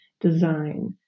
design